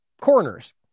coroners